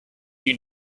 you